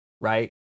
Right